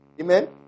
Amen